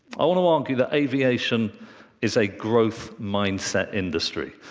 i want to argue that aviation is a growth-mindset industry.